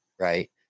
Right